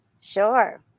Sure